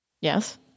Yes